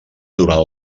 durant